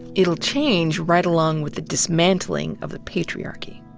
it'll change right along with the dismantling of the patriarchy.